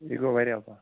یہِ گوٚو واریاہ